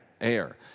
Air